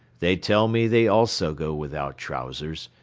they tell me they also go without trousers.